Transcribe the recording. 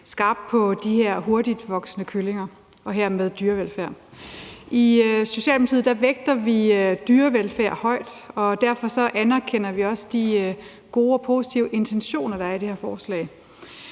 skarpt på de her hurtigtvoksende kyllinger og hermed dyrevelfærd. I Socialdemokratiet vægter vi dyrevelfærd højt, og derfor anerkender vi også de gode og positive intentioner, der er i det her forslag.